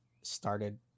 started